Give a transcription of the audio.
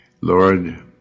lord